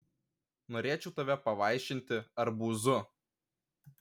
norėčiau tave pavaišinti arbūzu